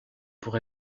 pour